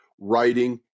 writing